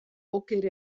oker